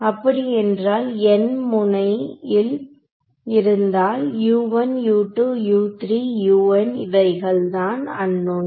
அப்படி என்றால் 'n' முனை ஸ் இருந்தால் இவைகள்தான் அன்நோன்கள்